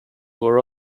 were